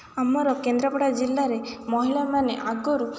ଆମର କେନ୍ଦ୍ରାପଡ଼ା ଜିଲ୍ଲାରେ ମହିଳାମାନେ ଆଗରୁ